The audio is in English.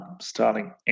starting